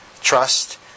Trust